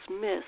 miss